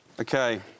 Okay